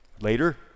Later